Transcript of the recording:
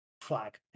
flag